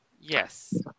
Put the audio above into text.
Yes